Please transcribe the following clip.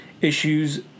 issues